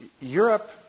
Europe